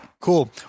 Cool